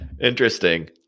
interesting